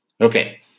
Okay